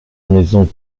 maison